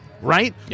right